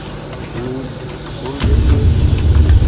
ᱢᱤᱫ ᱦᱩᱞᱜᱟᱹᱨᱤᱭᱟᱹ